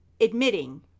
admitting